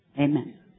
Amen